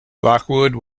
lockwood